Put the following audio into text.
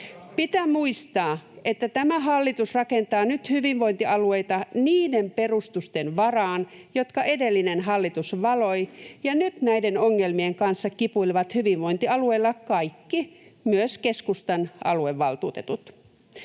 Pitää muistaa, että tämä hallitus rakentaa nyt hyvinvointialueita niiden perustusten varaan, jotka edellinen hallitus valoi, ja nyt näiden ongelmien kanssa kipuilevat hyvinvointialueilla kaikki, myös keskustan aluevaltuutetut.